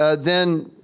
ah then